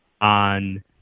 on